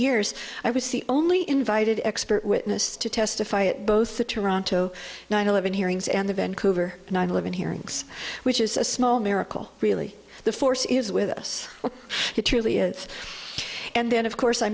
years i was the only invited expert witness to testify at both the toronto nine eleven hearings and the vancouver nine eleven hearings which is a small miracle really the force is with us it truly is and then of course i